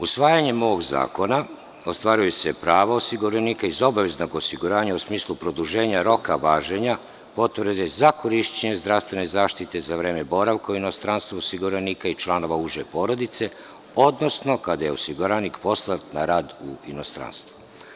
Usvajanjem ovog zakona ostvaruje se pravo osiguranika iz obaveznog osiguranja u smislu produženja roka važenja potvrde za korišćenje zdravstvene zaštite za vreme boravka u inostranstvu osiguranika i članova uže porodice, odnosno kada je osiguranik poslat na rad u inostranstvo.